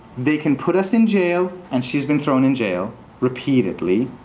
they can put us in jail. and she's been thrown in jail repeatedly.